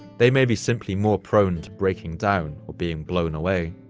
they may be simply more prone to breaking down or being blown away.